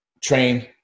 train